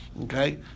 okay